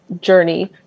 journey